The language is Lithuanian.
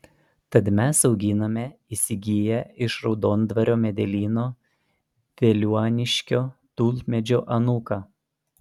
tad mes auginame įsigiję iš raudondvario medelyno veliuoniškio tulpmedžio anūką